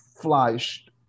flashed